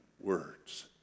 words